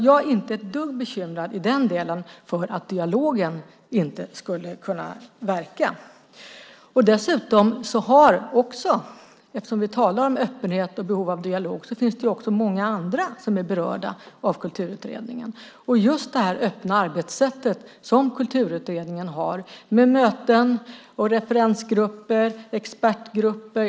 Jag är inte ett dugg bekymrad i den delen för att dialogen inte skulle verka. Eftersom vi talar om öppenhet och behov av dialog, finns det också många andra som är berörda av Kulturutredningen. Jag skulle vilja säga att det är ett mycket öppet arbetssätt som kulturutredningen har med möten, referensgrupper och expertgrupper.